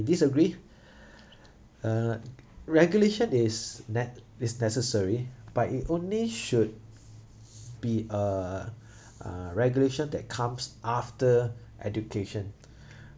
disagree uh regulation is ne~ is necessary but it only should be a uh regulation that comes after education